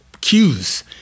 cues